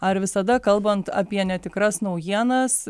ar visada kalbant apie netikras naujienas